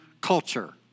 culture